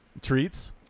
Treats